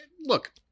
look